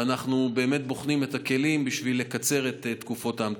ואנחנו בוחנים את הכלים בשביל לקצר את תקופות ההמתנה.